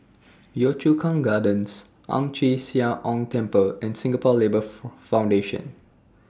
Yio Chu Kang Gardens Ang Chee Sia Ong Temple and Singapore Labour Foundation